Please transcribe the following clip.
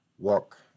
walk